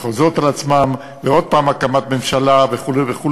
שחוזרות על עצמן ועוד הפעם הקמת ממשלה וכו' וכו'.